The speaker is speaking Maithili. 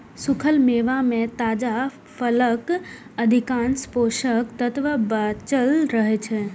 सूखल मेवा मे ताजा फलक अधिकांश पोषक तत्व बांचल रहै छै